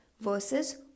versus